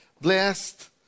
Blessed